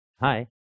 Hi